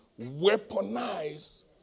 Weaponize